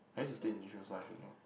I use to stay in Yishun so I should know